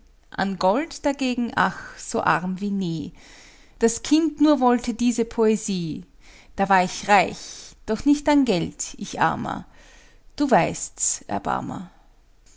an gold dagegen ach so arm wie nie das kind nur wollte diese poesie da war ich reich doch nicht an geld ich armer du weißt's erbarmer